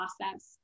process